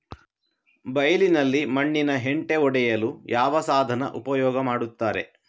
ಬೈಲಿನಲ್ಲಿ ಮಣ್ಣಿನ ಹೆಂಟೆ ಒಡೆಯಲು ಯಾವ ಸಾಧನ ಉಪಯೋಗ ಮಾಡುತ್ತಾರೆ?